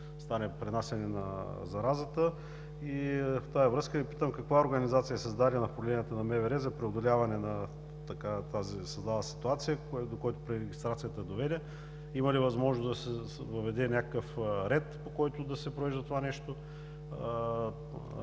от пренасяне на заразата. В тази връзка Ви питам: каква организация е създадена в поделенията на МВР за преодоляване на тази създала се ситуация, до която доведе пререгистрацията? Има ли възможност да се въведе някакъв ред, по който да се провежда това нещо,